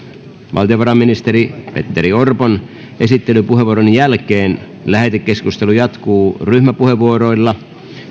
valtiovarainministeri petteri orpon esittelypuheenvuoron jälkeen lähetekeskustelu jatkuu ryhmäpuheenvuoroilla